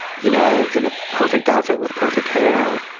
you know, in a perfect outfit with perfect hair.